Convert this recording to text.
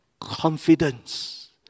confidence